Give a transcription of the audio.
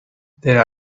there